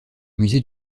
musée